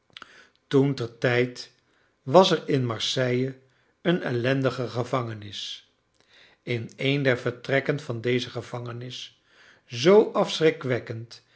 toen ter tijd was er in marseille een ellendige gevangenis in een der vertrekken van deze gevangenis zoo afschrikwekkend